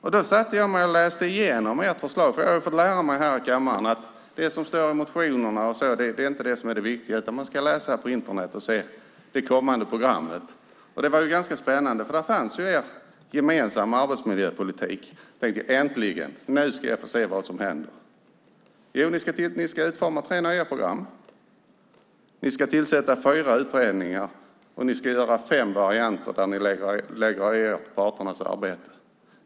Jag satte mig då och läste igenom ert förslag. Jag har fått lära mig här i kammaren att det som står i motionerna och så inte är det som är det viktiga, utan man ska läsa på Internet och se det kommande programmet. Det var ganska spännande, för där fanns er gemensamma arbetsmiljöpolitik presenterad. Jag tänkte: Äntligen, nu ska jag få se vad som händer! Ni ska utforma tre nya program, ni ska tillsätta fyra utredningar och ni ska göra fem varianter där ni lägger er i parternas arbete.